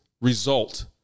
result